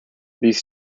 these